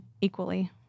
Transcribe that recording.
equally